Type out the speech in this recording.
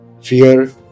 fear